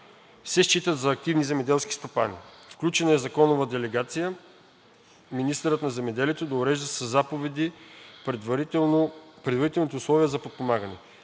се считат за активни земеделски стопани. Включена е законова делегация министърът на земеделието да урежда със заповеди предварителните условия за подпомагане.